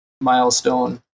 milestone